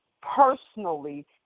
personally